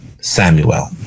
Samuel